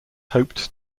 hoped